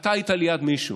אתה היית ליד מישהו